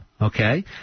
okay